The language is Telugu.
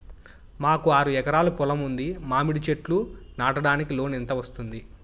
మాకు ఆరు ఎకరాలు పొలం ఉంది, మామిడి చెట్లు నాటడానికి లోను ఎంత వస్తుంది?